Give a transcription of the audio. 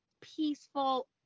peaceful